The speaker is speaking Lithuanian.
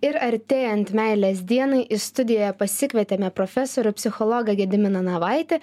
ir artėjant meilės dienai į studiją pasikvietėme profesorių psichologą gediminą navaitį